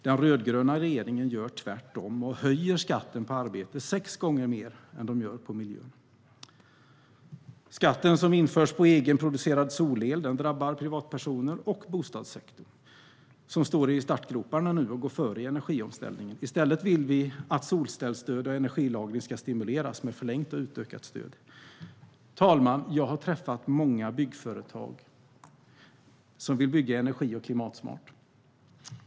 Den rödgröna regeringen gör tvärtom och höjer skatten på arbete sex gånger mer än på miljön. Skatten som införs på egenproducerad solel drabbar privatpersoner och bostadssektorn, som står i startgroparna nu att gå före i energiomställningen. I stället vill vi att solcellsstöd och energilagring ska stimuleras med förlängt och utökat stöd. Herr talman! Jag har träffat många byggföretagare som vill bygga energi och klimatsmart.